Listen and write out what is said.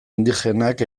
indigenak